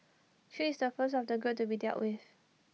chew is the first of the group to be dealt with